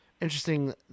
interesting